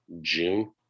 June